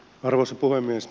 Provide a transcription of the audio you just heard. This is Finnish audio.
arvoisa puhemies